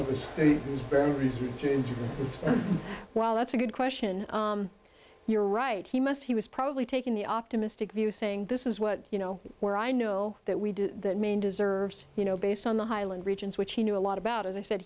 well that's a good question you're right he must he was probably taking the optimistic view saying this is what you know where i know that we do that man deserves you know based on the highland regions which he knew a lot about as i said